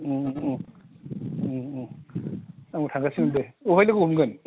उम उम उम उम आंबो थांगासिनो दे अबेहाय लोगो हमगोन